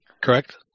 Correct